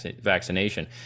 vaccination